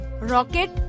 Rocket